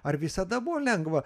ar visada buvo lengva